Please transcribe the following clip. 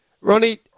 Ronnie